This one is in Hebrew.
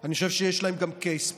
אני חושב שיש להם גם קייס פה.